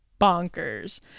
bonkers